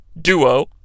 duo